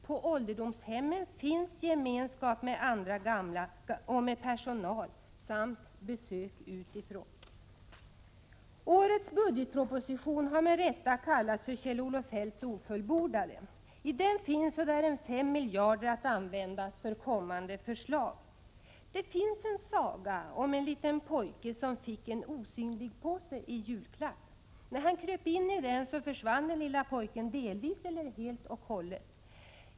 På ålderdomshemmen finns gemenskapen med andra gamla och med personalen samt möjligheter till besök utifrån. Årets budgetproposition har med rätta kallats för Kjell-Olof Feldts ofullbordade. I den finns det ungefär 5 miljarder att användas för kommande förslag. Jag tänker här på sagan om en liten pojke som fick en osynligpåse i julklapp. När den lille pojken kröp in i påsen, försvann han delvis eller helt och hållet.